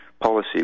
policy